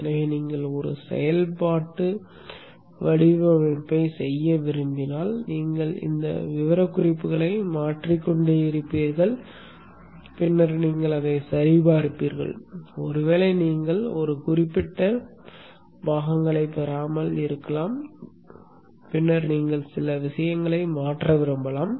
எனவே நீங்கள் ஒரு செயல்பாட்டு வடிவமைப்பைச் செய்ய விரும்பினால் நீங்கள் இந்த விவரக்குறிப்புகளை மாற்றிக்கொண்டே இருப்பீர்கள் பின்னர் நீங்கள் அதைச் சரிபார்ப்பீர்கள் ஒருவேளை நீங்கள் ஒரு குறிப்பிட்ட பாகங்களை பெறாமல் இருக்கலாம் பின்னர் நீங்கள் சில விஷயங்களை மாற்ற விரும்பலாம்